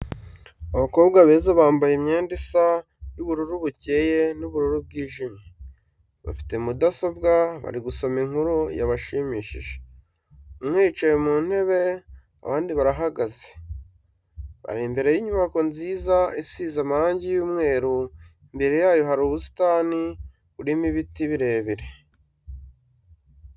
Abakobwa beza bambaye imyenda isa y'ubururu bucyeye n'ubururu bwijimye, bafite mudasobwa bari gusoma inkuru yabashimishije , umwe yicaye mu ntebe abandi barahagaze, bari imbere y'inybako nziza isize amarangi y'umweru imbere yayo hari ubusitani burimo ibiti birebire.